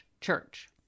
church